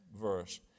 verse